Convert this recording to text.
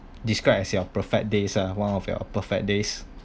described as your perfect days ah one of your perfect days